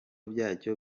byacyo